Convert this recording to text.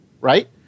right